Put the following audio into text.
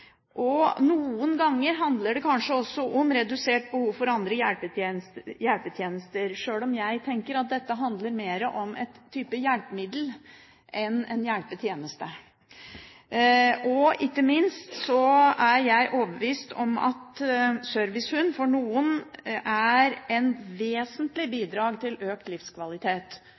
Noen ganger handler det kanskje også om redusert behov for andre hjelpetjenester, sjøl om jeg tenker at dette handler mer om en type hjelpemiddel enn en hjelpetjeneste. Ikke minst er jeg overbevist om at servicehund for noen er et vesentlig bidrag til økt livskvalitet.